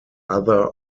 other